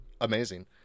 amazing